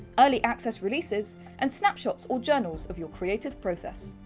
early access releases and snapshots or journals of your creative process!